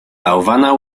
bałwana